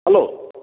hello